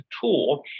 tool